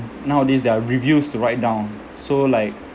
nowadays there are reviews to write down so like